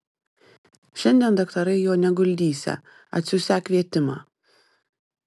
šiandien daktarai jo neguldysią atsiųsią kvietimą